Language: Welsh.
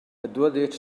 edward